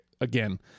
again